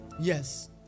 Yes